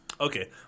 Okay